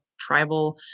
tribal